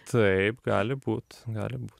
taip gali būt gali bū